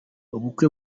ubukwe